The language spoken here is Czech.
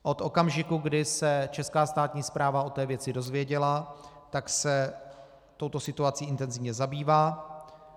Od okamžiku, kdy se česká státní správa o věci dozvěděla, tak se touto situací intenzivně zabývá.